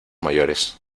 mayores